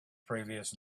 previous